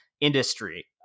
industry